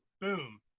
boom